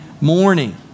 morning